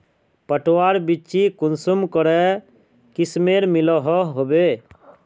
पटवार बिच्ची कुंसम करे किस्मेर मिलोहो होबे?